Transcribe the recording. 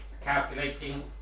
Calculating